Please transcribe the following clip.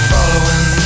Following